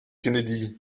kennedy